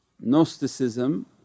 Gnosticism